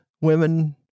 women